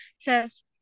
says